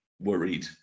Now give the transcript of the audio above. worried